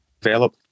develop